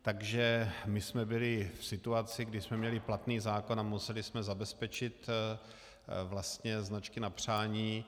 Takže my jsme byli v situaci, kdy jsme měli platný zákon a museli jsme zabezpečit značky na přání.